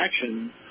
action